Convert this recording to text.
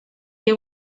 qué